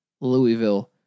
Louisville